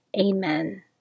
Amen